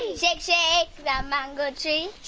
shake, shake, the mango tree.